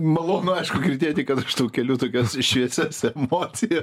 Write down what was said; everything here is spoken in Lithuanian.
malonu girdėti kad aš tau keliu tokias šviesias emocijas